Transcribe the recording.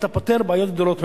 אתה פותר בעיות גדולות,